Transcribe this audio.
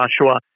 Joshua